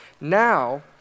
Now